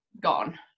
gone